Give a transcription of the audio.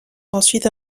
ensuite